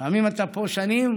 לפעמים אתה פה שנים,